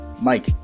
Mike